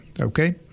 okay